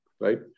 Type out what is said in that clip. right